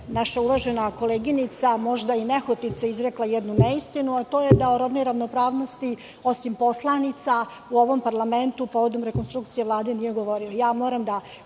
naša uvažena koleginica, možda i nehotice izrekla jednu neistinu, a to je da rodnoj ravnopravnosti osim poslanica u ovom parlamentu povodom rekonstrukcija Vlade nije se govorilo.